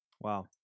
Wow